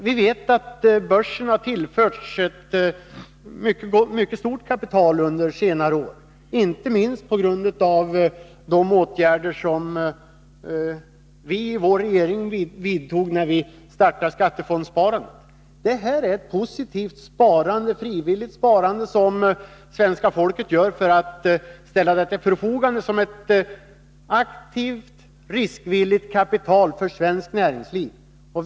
Vi vet att börsen har tillförts ett mycket stort kapital under senare år, inte minst på grund av de åtgärder som vi i vår regering vidtog när vi startade skattefondssparandet. Detta är ett positivt och frivilligt sparande, och svenska folket ställer pengarna till förfogande för svenskt näringsliv som aktivt riskvilligt kapital.